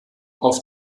auf